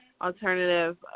alternative